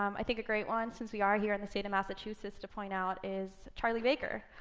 um i think a great one, since we are here in the state of massachusetts, to point out is charlie baker.